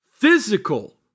Physical